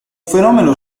fenomeno